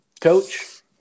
coach